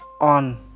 on